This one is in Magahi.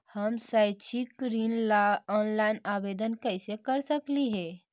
हम शैक्षिक ऋण ला ऑनलाइन आवेदन कैसे कर सकली हे?